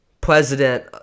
president